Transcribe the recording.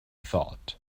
thought